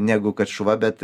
negu kad šuva bet